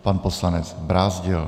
Pan poslanec Brázdil.